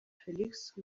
felix